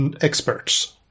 experts